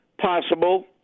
Possible